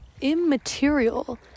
immaterial